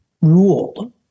ruled